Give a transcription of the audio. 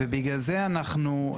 ובגלל זה אנחנו,